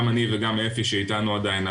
גם אני וגם אפי שאיתנו עדיין,